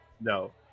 No